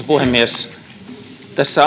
puhemies tässä